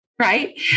right